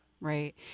Right